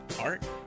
art